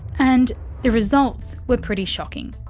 and the results were pretty shocking.